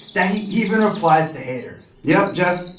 that he even replies to haters. yep, jeff,